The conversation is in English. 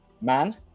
Man